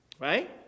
Right